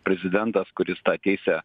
prezidentas kuris tą teisę